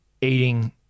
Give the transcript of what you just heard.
eating